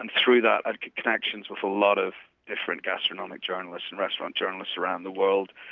and through that i'd get connections with a lot of different gastronomic journalists and restaurant journalists around the world.